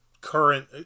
current